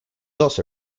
also